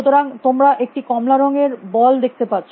সুতরাং তোমরা একটি কমলা রঙের বল দেখতে পারছ